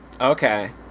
Okay